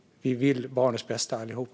Vi vill ju barnens bästa, allihop.